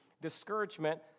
discouragement